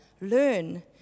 learn